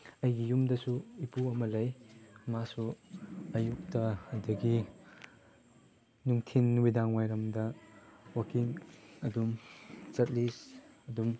ꯑꯩꯒꯤ ꯌꯨꯝꯗꯁꯨ ꯏꯄꯨ ꯑꯃ ꯂꯩ ꯃꯥꯁꯨ ꯑꯌꯨꯛꯇ ꯑꯗꯒꯤ ꯅꯨꯡꯊꯤꯟ ꯅꯨꯃꯤꯗꯥꯡ ꯋꯥꯏꯔꯝꯗ ꯋꯥꯛꯀꯤꯡ ꯑꯗꯨꯝ ꯆꯠꯂꯤ ꯑꯗꯨꯝ